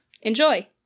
Enjoy